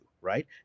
Right